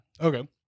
okay